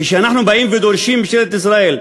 כשאנחנו באים ודורשים מממשלת ישראל,